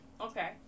okay